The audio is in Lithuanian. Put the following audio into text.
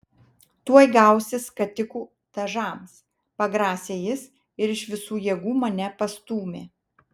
tuoj gausi skatikų dažams pagrasė jis ir iš visų jėgų mane pastūmė